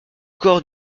corps